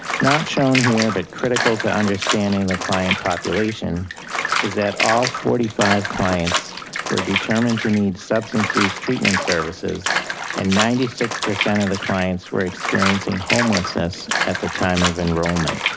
not shown here but critical to understanding the client population is that all forty five clients were determined to need substance use treatment services and ninety six percent of the clients were experiencing homelessness at the time of enrollment.